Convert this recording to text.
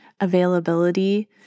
availability